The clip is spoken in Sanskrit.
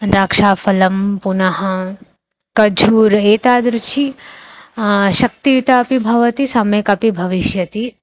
द्राक्षाफलं पुनः कझूर् एतादृशी शक्तिता अपि भवति सम्यक् अपि भविष्यति